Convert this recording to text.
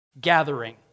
gathering